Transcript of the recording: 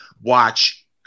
watch